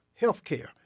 healthcare